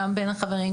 גם בין החברים.